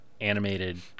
animated